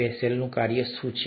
બેસેલનું કાર્ય શું છે